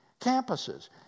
campuses